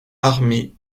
armés